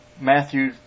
Matthew